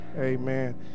Amen